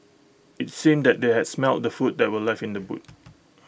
IT seemed that they had smelt the food that were left in the boot